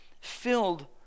filled